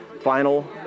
final